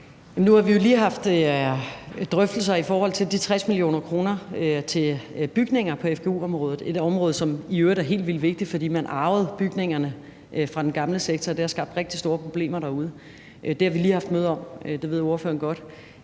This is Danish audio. Nu har vi jo lige haft drøftelser i forhold til de 60 mio. kr. til bygninger på fgu-området, et område, som i øvrigt er helt vildt vigtigt, fordi man arvede bygningerne fra den gamle sektor, og det har skabt rigtig store problemer derude. Det har vi lige haft møde om, det ved ordføreren godt.